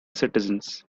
citizens